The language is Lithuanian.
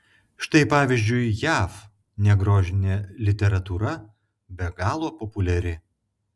štai pavyzdžiui jav negrožinė literatūra be galo populiari